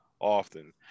often